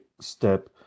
step